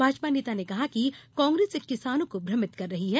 भाजपा नेता ने कहा कि कांग्रेस किसानों को भ्रमित कर रही है